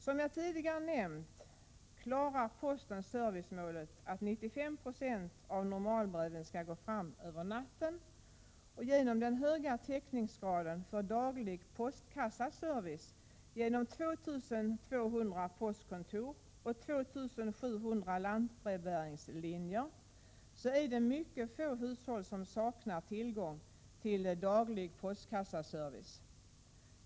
Som jag tidigare nämnt klarar posten servicemålet att 95 96 av normalbreven skall gå fram över natten, och genom den höga täckningsgraden för daglig postkassaservice genom 2 200 postkontor och 2 700 lantbrevbäringslinjer är det mycket få hushåll som saknar tillgång till daglig postkassaservice.